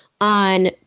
on